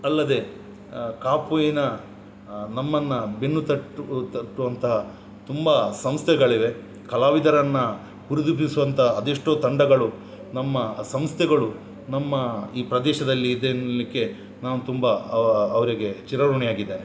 ಅಲ್ಲದೇ ಕಾಪುವಿನ ನಮ್ಮನ್ನು ಬೆನ್ನು ತಟ್ಟು ತಟ್ಟುವಂತಹ ತುಂಬ ಸಂಸ್ಥೆಗಳಿವೆ ಕಲಾವಿದರನ್ನು ಹುರಿದುಂಬಿಸುವಂಥ ಅದೆಷ್ಟೋ ತಂಡಗಳು ನಮ್ಮ ಸಂಸ್ಥೆಗಳು ನಮ್ಮ ಈ ಪ್ರದೇಶದಲ್ಲಿದೆ ಅನ್ನಲಿಕ್ಕೆ ನಾವು ತುಂಬ ಅವರಿಗೆ ಚಿರಋಣಿಯಾಗಿದ್ದೇನೆ